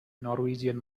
norwegian